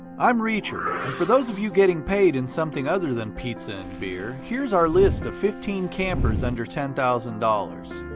i'm reacher. and for those of you getting paid in something other than pizza and beer, here's our list of fifteen campers under ten thousand dollars.